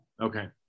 Okay